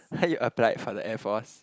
heard you applied for the Air Force